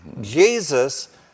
Jesus